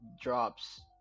drops